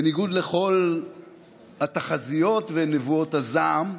בניגוד לכל התחזיות ונבואות הזעם,